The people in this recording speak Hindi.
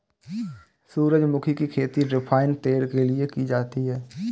सूरजमुखी की खेती रिफाइन तेल के लिए की जाती है